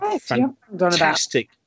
fantastic